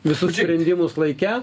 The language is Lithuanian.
visus sprendimus laike